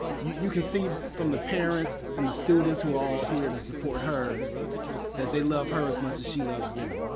you can see from the parents and the students who are all here to support her that they love her as much as she loves them.